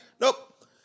Nope